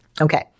Okay